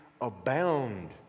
abound